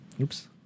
Oops